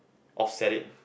offset it